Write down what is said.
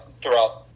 throughout